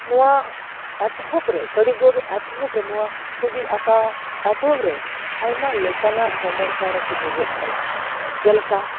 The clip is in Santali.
ᱱᱚᱣᱟ ᱮᱛᱚᱦᱚᱵ ᱨᱮ ᱠᱟᱹᱨᱤᱜᱚᱨ ᱮᱛᱚᱦᱚᱵ ᱨᱮ ᱱᱚᱣᱟ ᱪᱷᱩᱵᱤ ᱟᱸᱠᱟᱣ ᱮᱛᱚᱦᱚᱵ ᱨᱮ ᱟᱭᱢᱟ ᱞᱮᱠᱟᱱᱟᱜ ᱥᱳᱢᱚᱥᱥᱟ ᱨᱮᱠᱚ ᱧᱩᱨᱦᱟᱹᱜ ᱠᱟᱱᱟ ᱡᱮᱞᱮᱠᱟ